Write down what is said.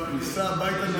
הוא נכנס לרופא,